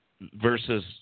versus